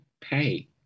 pay